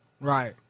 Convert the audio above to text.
Right